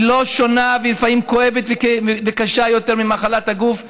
היא לא שונה ולפעמים קשה וכואבת יותר ממחלת הגוף.